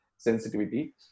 sensitivity